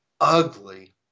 ugly